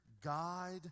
guide